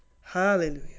hallelujah